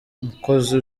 mukozi